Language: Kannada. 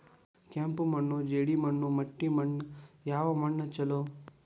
ಕೆಂಪು ಮಣ್ಣು, ಜೇಡಿ ಮಣ್ಣು, ಮಟ್ಟಿ ಮಣ್ಣ ಯಾವ ಮಣ್ಣ ಛಲೋ?